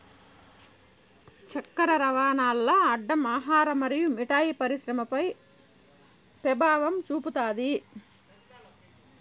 చక్కర రవాణాల్ల అడ్డం ఆహార మరియు మిఠాయి పరిశ్రమపై పెభావం చూపుతాది